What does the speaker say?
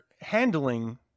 handling